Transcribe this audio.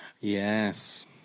Yes